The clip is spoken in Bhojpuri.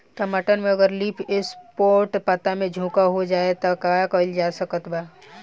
टमाटर में अगर लीफ स्पॉट पता में झोंका हो जाएँ त का कइल जा सकत बा?